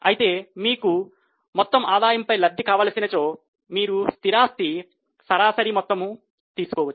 అయితే మీకు మొత్తం ఆదాయముపై లబ్ధి కావలసినచో మీరు స్థిరాస్తి సరాసరి మొత్తం తీసుకోవచ్చు